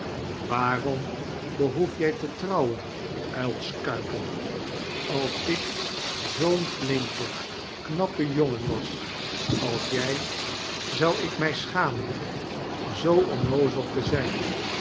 waarom behoef jij te trouwen uilskuiken als ik zoo'n flinke knappe jongen was als jij zou ik mij schamen zoo onnoozel te zijn